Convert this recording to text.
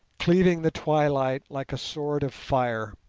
cleaving the twilight like a sword of fire.